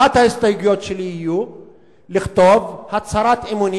ואחת ההסתייגויות שלי תהיה לכתוב: "הצהרת אמונים